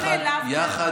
עם אנרכיסטים,